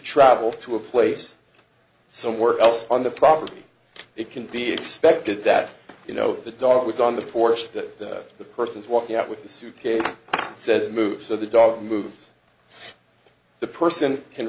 travel to a place somewhere else on the property it can be expected that you know the dog was on the course that the person's walking out with the suitcase says it moves so the dog moves the person